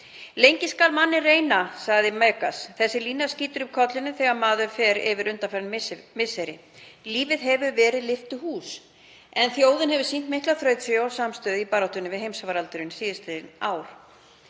Lengi skal manninn reyna, sagði Megas. Þessi lína skýtur upp kollinum þegar maður fer yfir undanfarin misseri. Lífið hefur verið lyftuhús, en þjóðin hefur sýnt mikla þrautseigju og samstöðu í baráttunni við heimsfaraldurinn síðastliðin ár.